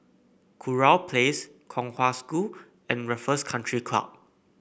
Kurau Place Kong Hwa School and Raffles Country Club